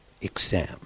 exam